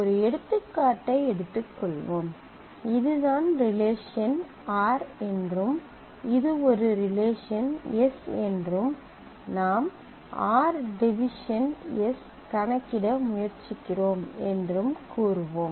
ஒரு எடுத்துக்காட்டை எடுத்துக்கொள்வோம் இதுதான் ரிலேஷன் r என்றும் இது ஒரு ரிலேஷன் s என்றும் நாம் r÷s கணக்கிட முயற்சிக்கிறோம் என்றும் கூறுவோம்